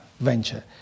venture